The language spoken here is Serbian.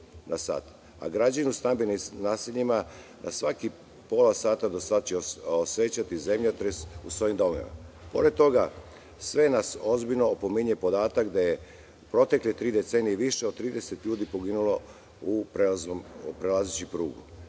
a građani u stambenim naseljima na svakih pola sata će osećati zemljotres u svojim domovima. Pored toga, sve nas ozbiljno opominje podatak da je u protekle tri decenije više od 30 ljudi poginulo prelazeći prugu.